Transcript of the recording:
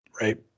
Right